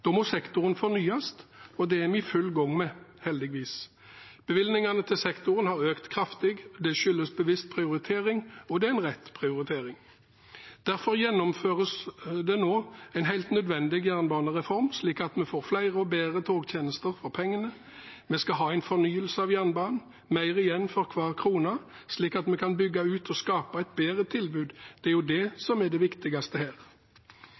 Da må sektoren fornyes, og det er vi heldigvis i full gang med. Bevilgningene til sektoren har økt kraftig. Det skyldes bevisst prioritering, og det er en rett prioritering. Derfor gjennomføres det nå en helt nødvendig jernbanereform, slik at vi får flere og bedre togtjenester for pengene. Vi skal ha en fornyelse av jernbanen, mer igjen for hver krone, slik at vi kan bygge ut og skape et bedre tilbud. Det jo det som er det viktigste her.